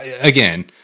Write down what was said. Again